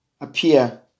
appear